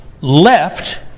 left